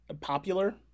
popular